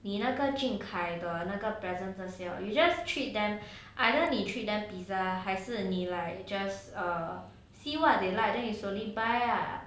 你那个 jun kai 的那个 present 这些 you just treat them either 你 treat them pizza 还是你 like you just err see what they like then you slowly buy lah